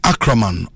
Akraman